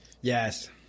Yes